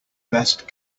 best